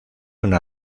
una